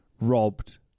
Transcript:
robbed